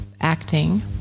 acting